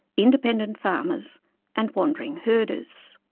independent farmers and wandering herders.